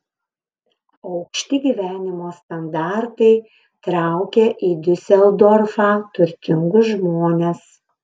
aukšti gyvenimo standartai traukia į diuseldorfą turtingus žmones